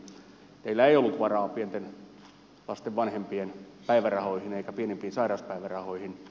teillä ei ollut varaa pienten lasten vanhempien päivärahoihin eikä pienimpiin sairauspäivärahoihin